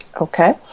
Okay